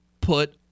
put